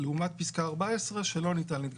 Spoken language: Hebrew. לעומת פסקה (2) שלא ניתן.